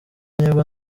nibwo